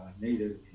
native